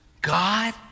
God